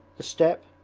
the steppe,